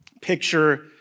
picture